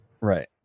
Right